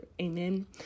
amen